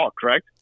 correct